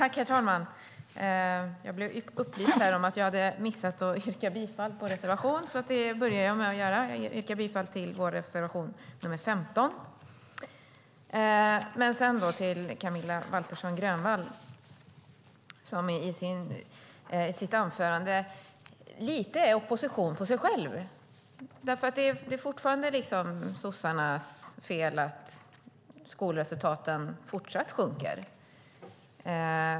Herr talman! Jag blev upplyst om att jag hade missat att yrka, så jag börjar med att yrka bifall till vår reservation nr 15. Camilla Waltersson Grönvall går lite i opposition mot sig själv i sitt anförande. Det är tydligen fortfarande sossarnas fel att skolresultaten fortsatt sjunker.